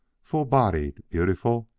full-bodied, beautiful,